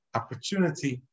opportunity